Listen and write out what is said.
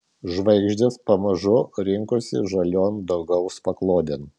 žvaigždės pamažu rinkosi žalion dangaus paklodėn